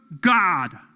God